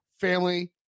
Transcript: family